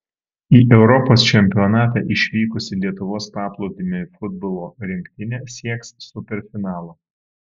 į europos čempionatą išvykusi lietuvos paplūdimio futbolo rinktinė sieks superfinalo